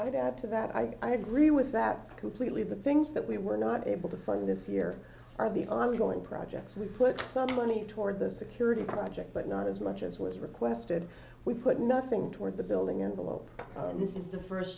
would add to that i agree with that completely the things that we were not able to fund this year are the ongoing projects we put some money toward the security project but not as much as was requested we put nothing toward the building and the op this is the first